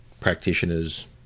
practitioners